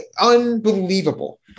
Unbelievable